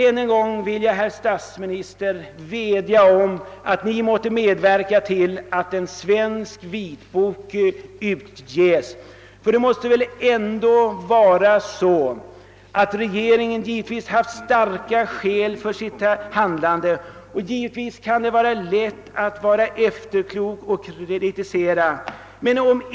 Än en gång vill jag, herr statsminister, vädja om att Ni måtte medverka till att en svensk vitbok utges. Regeringen måste givetvis ha haft starka skäl för sitt handlande, och det är lätt att vara efterklok och kritisera.